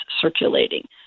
circulating